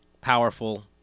powerful